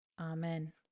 Amen